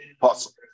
possible